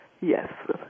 Yes